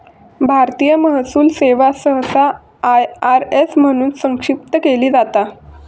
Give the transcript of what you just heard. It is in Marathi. भारतीय महसूल सेवा सहसा आय.आर.एस म्हणून संक्षिप्त केली जाता